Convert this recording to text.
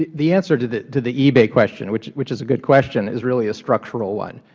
the the answer to the to the ebay question, which which is a good question, is really a structural one.